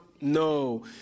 No